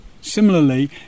Similarly